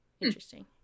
Interesting